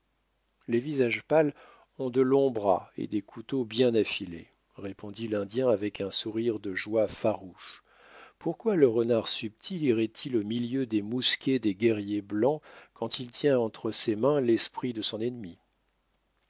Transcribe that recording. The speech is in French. les visages pâles ont de longs bras et des couteaux bien affilés répondit l'indien avec un sourire de joie farouche pourquoi le renard subtil irait-il au milieu des mousquets des guerriers blancs quand il tient entre ses mains l'esprit de son ennemi